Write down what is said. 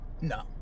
No